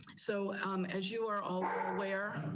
so um as you are all aware,